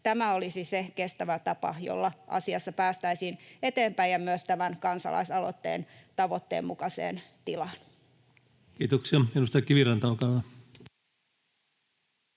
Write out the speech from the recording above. Tämä olisi se kestävä tapa, jolla asiassa päästäisiin eteenpäin ja myös tämän kansalaisaloitteen tavoitteen mukaiseen tilaan. Kiitoksia. — Edustaja Kiviranta, olkaa hyvä.